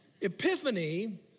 Epiphany